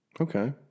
Okay